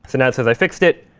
so now it says i fixed it.